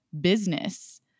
business